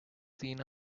seen